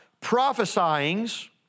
prophesying's